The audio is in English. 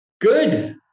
good